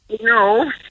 No